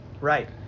Right